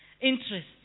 interest